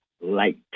Light